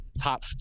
top